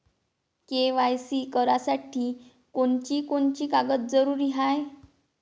KYC करासाठी कोनची कोनची कागद जरुरी हाय?